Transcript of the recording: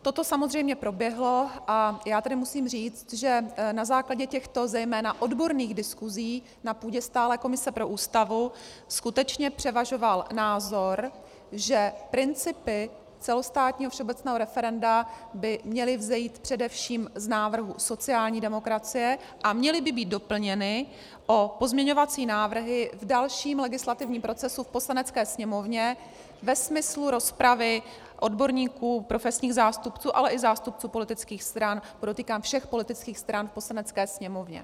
Toto samozřejmě proběhlo, a já tedy musím říct, že na základě těchto, zejména odborných, diskusí na půdě stálé komise pro Ústavu skutečně převažoval názor, že principy celostátního všeobecného referenda by měly vzejít především z návrhu sociální demokracie a měly by být doplněny o pozměňovací návrhy v dalším legislativním procesu v Poslanecké sněmovně ve smyslu rozpravy odborníků, profesních zástupců, ale i zástupců politických stran, podotýkám všech politických stran v Poslanecké sněmovně.